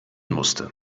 musste